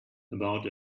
about